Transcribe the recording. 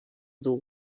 dur